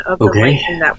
Okay